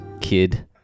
kid